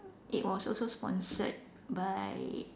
it was also sponsored by